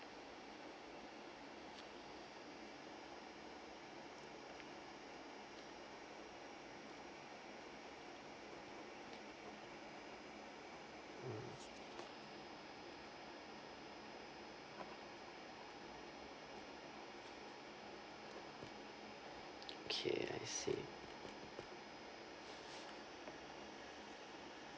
okay I see